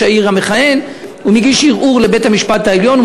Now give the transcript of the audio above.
העיר המכהן ערעור לבית-המשפט העליון.